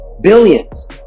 billions